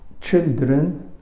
children